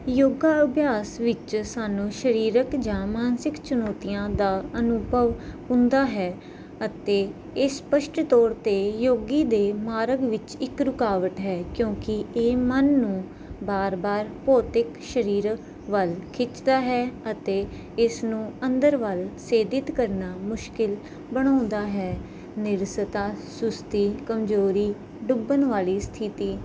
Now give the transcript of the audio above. ਯੋਗਾ ਅਭਿਆਸ ਵਿੱਚ ਸਾਨੂੰ ਸਰੀਰਕ ਜਾਂ ਮਾਨਸਿਕ ਚੁਣੌਤੀਆਂ ਦਾ ਅਨੁਭਵ ਹੁੰਦਾ ਹੈ ਅਤੇ ਇਹ ਸਪਸ਼ਟ ਤੌਰ 'ਤੇ ਯੋਗੀ ਦੇ ਮਾਰਗ ਵਿੱਚ ਇੱਕ ਰੁਕਾਵਟ ਹੈ ਕਿਉਂਕਿ ਇਹ ਮਨ ਨੂੰ ਵਾਰ ਵਾਰ ਭੌਤਿਕ ਸਰੀਰਕ ਵੱਲ ਖਿੱਚਦਾ ਹੈ ਅਤੇ ਇਸ ਨੂੰ ਅੰਦਰ ਵੱਲ ਸੇਧਿਤ ਕਰਨਾ ਮੁਸ਼ਕਿਲ ਬਣਾਉਂਦਾ ਹੈ ਨਿਰਸਤਾ ਸੁਸਤੀ ਕਮਜ਼ੋਰੀ ਡੁੱਬਣ ਵਾਲੀ ਸਥਿਤੀ